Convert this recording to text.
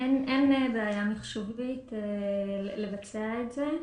אין בעיה מחשובית לבצע את זה.